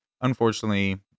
unfortunately